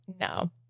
no